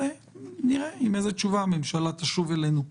ונראה עם איזו תשובה הממשלה תשוב אלינו.